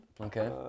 Okay